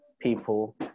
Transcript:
people